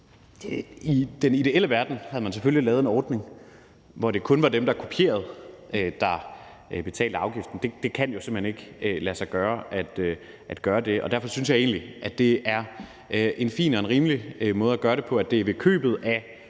I den ideelle verden havde man selvfølgelig lavet en ordning, hvor det kun var dem, der kopierede, der betalte afgiften. Men det kan jo simpelt hen ikke lade sig gøre at gøre det. Og derfor synes jeg egentlig, at det er en fin og rimelig måde at gøre det på, nemlig at det er ved købet af